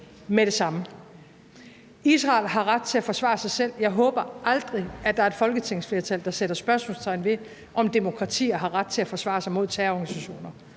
med det samme. Israel har ret til at forsvare sig selv. Jeg håber aldrig, at der er et folketingsflertal, der sætter spørgsmålstegn ved, om demokratier har ret til at forsvare sig mod terrororganisationer.